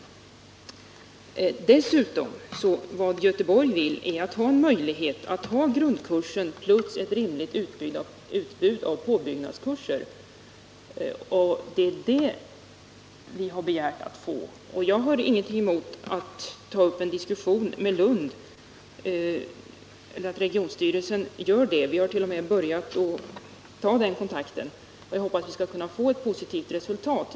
Dessutom vill Göteborg ha möjlighet att ha grundkursen plus ett rimligt utbud av påbyggnadskurser. Det är detta som vi har begärt att få. Jag har ingenting emot att regionstyrelsen tar upp en diskussion med Lund - vi hart.o.m. börjat ta den kontakten, och jag hoppas att vi skall kunna få ett positivt resultat.